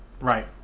Right